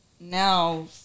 now